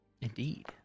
Indeed